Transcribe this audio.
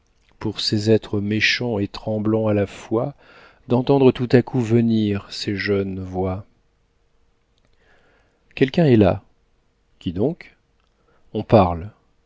pour ces êtres méchants et tremblants à la fois d'entendre tout à coup venir ces jeunes voix quelqu'un est là qui donc on parle